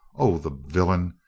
oh, the villain!